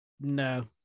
No